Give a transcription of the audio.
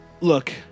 Look